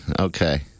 Okay